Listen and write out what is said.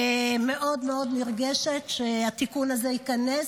מאוד מאוד נרגשת שהתיקון הזה ייכנס,